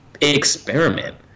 experiment